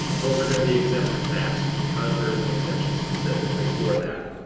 those are gonna be exempt from tax because there's an exemption specifically for that.